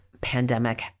pandemic